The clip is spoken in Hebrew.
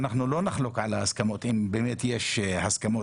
ואנחנו לא נחלוק על ההסכמות אם באמת יש הסכמות.